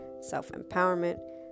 self-empowerment